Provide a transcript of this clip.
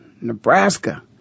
Nebraska